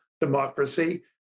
democracy